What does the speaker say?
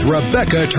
Rebecca